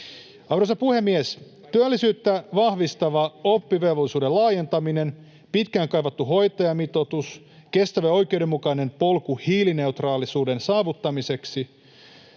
Arvoisa puhemies! Työllisyyttä vahvistava oppivelvollisuuden laajentaminen; pitkään kaivattu hoitajamitoitus; kestävä ja oikeudenmukainen polku hiilineutraalisuuden saavuttamiseksi;